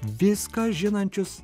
viską žinančius